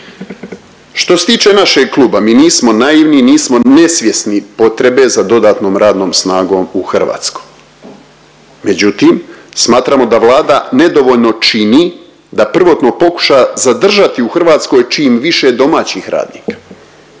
Što se tiče našeg kluba, mi nismo naivni, nismo nesvjesni potrebe za dodatnom radnom snagom u Hrvatskoj, međutim smatramo da Vlada nedovoljno čini da prvotno pokuša zadržati u Hrvatskoj čim više domaćih radnika.